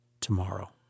tomorrow